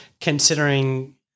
considering